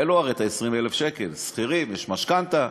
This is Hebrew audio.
אין לו הרי ה-20,000 שקל, שכירים, יש משכנתה.